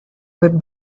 with